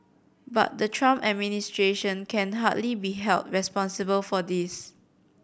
but the Trump administration can hardly be held responsible for this